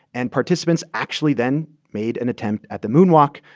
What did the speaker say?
and participants actually then made an attempt at the moonwalk.